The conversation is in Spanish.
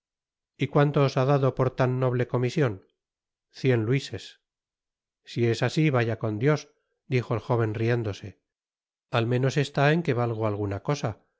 y cuánto os ha dado por tan nobte comision cien luises si es asi vaya con dios dijo el jóven riéndose at menos está en que valgo alguna cosa